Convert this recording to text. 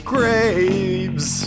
Graves